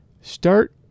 start